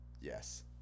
Yes